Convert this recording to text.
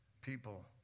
people